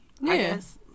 Yes